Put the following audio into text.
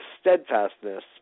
steadfastness